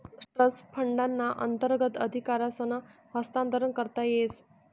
trust फंडना अंतर्गत अधिकारसनं हस्तांतरण करता येस